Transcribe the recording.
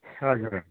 हजुर